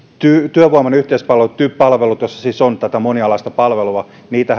työvoiman yhteispalveluita typ palveluita joissa siis on tätä monialaista palvelua